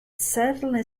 certainly